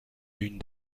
une